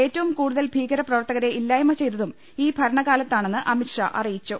ഏറ്റവും കൂടുതൽ ഭീകരപ്രവർത്ത കരെ ഇല്ലായ്മ ചെയ്തതും ഈ ഭരണകാലത്താണെന്ന് അമിത്ഷാ അറിയിച്ചു